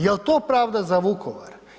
Jel to pravda za Vukovar?